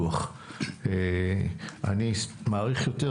אני מעריך יותר,